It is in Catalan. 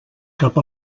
cap